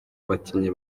abakinnyi